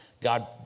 God